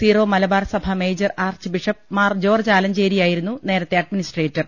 zero Malabar സഭ major archbishop Mar George ആലഞ്ചേരിയിയിരുന്നു നേരത്തെ അഡ്മിനിസ്ട്രേറ്റർ